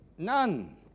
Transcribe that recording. None